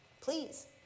Please